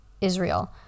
Israel